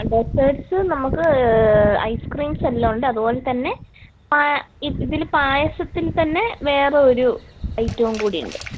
deserts നമുക്ക് ഐസ്ക്രീംസെല്ലാം ഉണ്ട് അതുപോലെ തന്നെ പായ് ഇതിൽ പായസത്തിൽ തന്നെ വേറൊരു ഐറ്റോം കൂടിയുണ്ട്